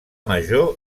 major